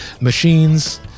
Machines